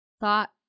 thought